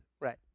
Right